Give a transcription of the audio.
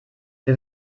wir